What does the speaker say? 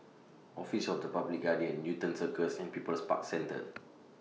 Office of The Public Guardian Newton Circus and People's Park Centre